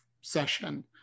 session